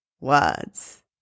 words